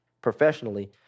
professionally